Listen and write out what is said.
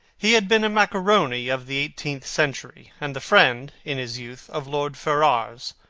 he had been a macaroni of the eighteenth century, and the friend, in his youth, of lord ferrars.